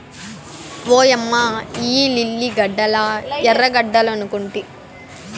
ఓయమ్మ ఇయ్యి లిల్లీ గడ్డలా ఎర్రగడ్డలనుకొంటి